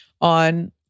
on